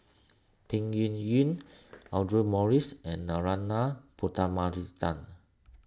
Peng Yuyun Audra Morrice and Narana Putumaippittan